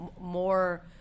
more